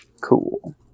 Cool